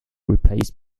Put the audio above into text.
replaced